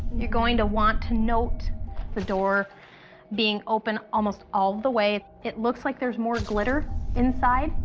you're going to want to note the door being open almost all the way, it looks like there's more glitter inside.